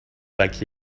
like